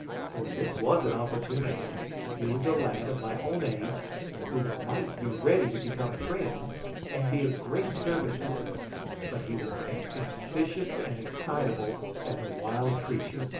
for this was an opportunity here was a lad of my own age who might be ready to become friends and be of great service to us but he was as suspicious and excitable as a wild creature,